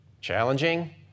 challenging